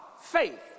faith